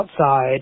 outside